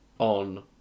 on